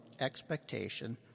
expectation